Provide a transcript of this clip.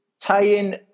tying